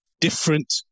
different